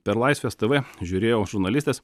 per laisvės tv žiūrėjau žurnalistės